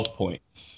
points